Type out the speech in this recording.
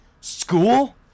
school